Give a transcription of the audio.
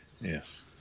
Yes